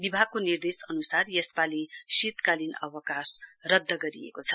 विभागको निर्देश अनुसार यसपालि शीतकालीन अवकाश रद्द गरिएको छ